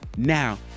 Now